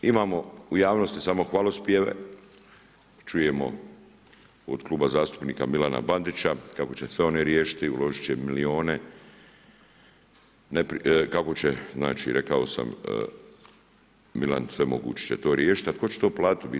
Imamo u javnosti samo hvalospjeve, čujemo od kluba zastupnika Milana Bandića kako će sve oni riješiti, uložit će milijune, kako će, znači rekao sam, Milan svemogući će to riješit, a tko će to platit u biti?